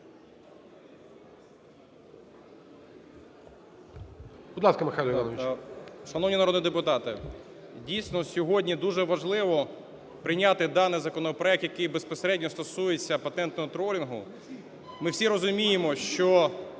Будь ласка, Михайло Іванович.